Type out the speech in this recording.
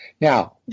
Now